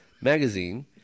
magazine